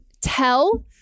tell